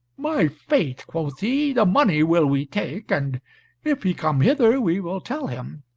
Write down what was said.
my faith, quoth he, the money will we take, and if he come hither we will tell him,